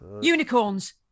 Unicorns